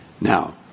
Now